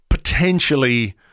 Potentially